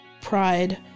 pride